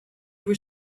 were